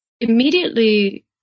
immediately